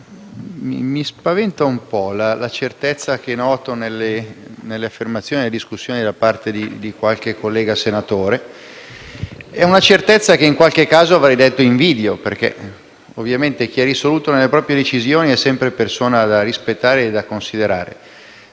mi spaventa un po' la certezza che noto nelle affermazioni e nelle discussioni di qualche collega senatore: è una certezza che in qualche altro caso avrei invidiato, perché chi è risoluto nelle proprie decisioni è sempre persona da rispettare e da considerare.